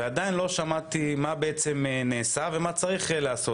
ועדיין לא שמעתי מה בעצם נעשה ומה צריך להיעשות.